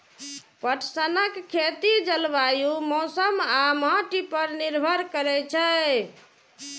पटसनक खेती जलवायु, मौसम आ माटि पर निर्भर करै छै